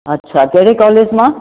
अच्छा कहिड़े कॉलेज मां